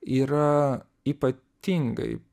yra ypatingai